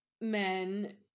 men